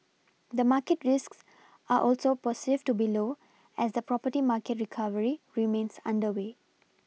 the market risks are also perceived to be low as the property market recovery remains underway